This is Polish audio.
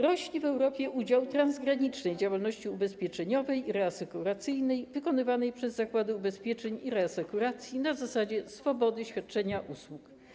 Rośnie w Europie udział transgranicznej działalności ubezpieczeniowej i reasekuracyjnej wykonywanej przez zakłady ubezpieczeń i reasekuracji na zasadzie swobody świadczenia usług.